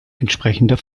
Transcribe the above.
entsprechender